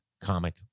comic